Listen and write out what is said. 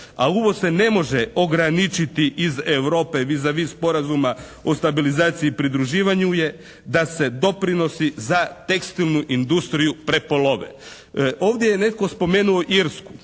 a uvoz se ne može ograničiti iz Europe vis a vis Sporazuma o stabilizaciji i pridruživanju je da se doprinosi za tekstilnu industriju prepolove. Ovdje je netko spomenuo Irsku,